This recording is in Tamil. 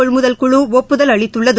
கொள்முதல் குழு ஒப்புதல் அளித்துள்ளது